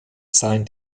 seien